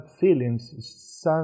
feelings